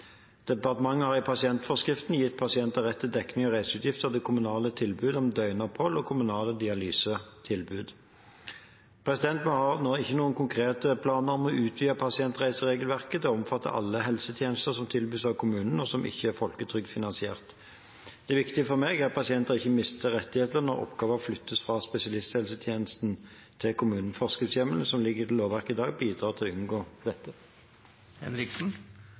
Departementet har i pasientreiseforskriften gitt pasienter rett til dekning av reiseutgifter til kommunale tilbud om døgnopphold og kommunale dialysetilbud. Vi har nå ikke noen konkrete planer om å utvide pasientreiseregelverket til å omfatte alle helsetjenester som tilbys av kommunen, og som ikke er folketrygdfinansiert. Det viktige for meg er at pasienter ikke mister rettigheter når oppgaver flyttes fra spesialisthelsetjenesten til kommunene. Forskriftshjemmelen som ligger i lovverket i dag, bidrar til at vi unngår dette.